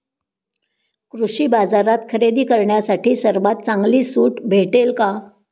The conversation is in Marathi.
कृषी बाजारात खरेदी करण्यासाठी सर्वात चांगली सूट भेटेल का?